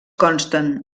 consten